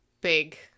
big